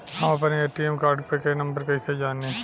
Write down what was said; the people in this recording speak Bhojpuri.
हम अपने ए.टी.एम कार्ड के नंबर कइसे जानी?